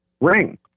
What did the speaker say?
ring